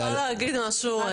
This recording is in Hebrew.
אני רוצה להגיד משהו,